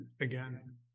again